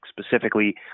specifically